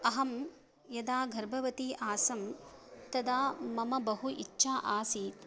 अहं यदा गर्भवती आसं तदा मम बहु इच्छा आसीत्